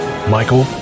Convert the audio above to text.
Michael